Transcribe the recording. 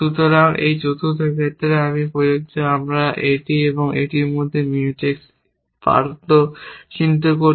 সুতরাং এই চতুর্থ ক্ষেত্রে এটি প্রযোজ্য এবং আমরা এটি এবং এটির মধ্যে Mutex প্রান্ত চিহ্নিত করি